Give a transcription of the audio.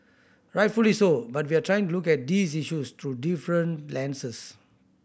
rightfully so but we are trying to look at these issues through different lenses